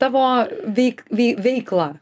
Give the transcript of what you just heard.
tavo veik vei veiklą